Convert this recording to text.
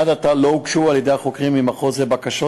עד עתה לא הוגשו על-ידי החוקרים ממחוז זה בקשות